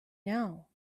now